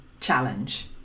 challenge